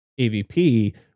AVP